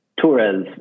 Torres